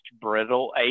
brittle